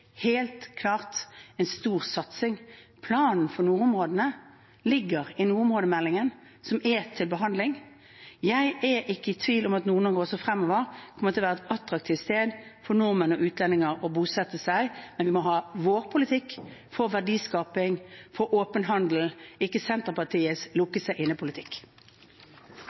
helt klart, en stor satsing. Planen for nordområdene ligger i nordområdemeldingen, som er til behandling. Jeg er ikke i tvil om at Nord-Norge også fremover kommer til å være et attraktivt sted for nordmenn og utlendinger å bosette seg. Men vi må ha vår politikk for verdiskaping, for åpen handel – ikke Senterpartiets